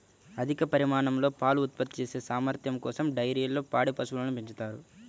అధిక పరిమాణంలో పాలు ఉత్పత్తి చేసే సామర్థ్యం కోసం డైరీల్లో పాడి పశువులను పెంచుతారు